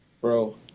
bro